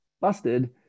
busted